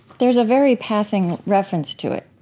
there's a very passing reference to it